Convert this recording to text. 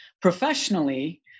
Professionally